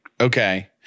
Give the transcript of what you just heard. Okay